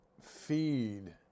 feed